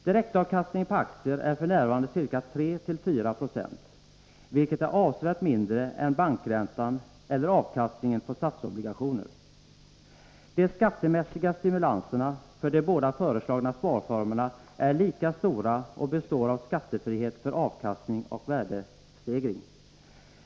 Direktavkastningen på aktier är f. n. ca 34 96, vilket är avsevärt mindre än bankräntan eller avkastningen på statsobligationer. De skattemässiga stimulanserna för de bäda föreslagna sparformerna är lika stora och består av skattefrihet för avkastning och värdestegring.